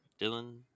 Dylan